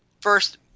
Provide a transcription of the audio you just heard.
first